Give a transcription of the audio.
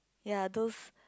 ya those